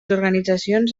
organitzacions